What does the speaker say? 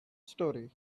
story